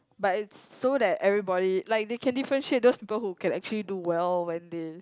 but it's so that everybody like they can differentiate those people who can actually do well when they